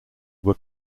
were